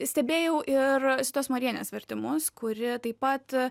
stebėjau ir zitos marienės vertimus kuri taip pat